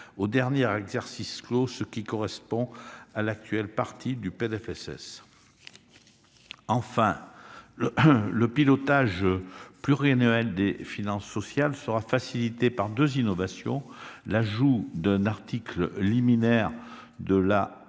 au dernier exercice clos, ce qui correspond à l'actuelle première partie du PLFSS. Enfin, le pilotage pluriannuel des finances sociales sera facilité par deux innovations : l'ajout d'un article liminaire dans la